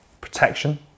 protection